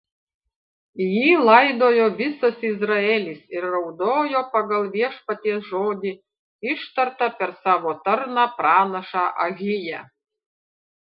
jį laidojo visas izraelis ir raudojo pagal viešpaties žodį ištartą per savo tarną pranašą ahiją